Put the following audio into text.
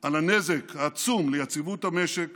על הנזק העצום ליציבות המשק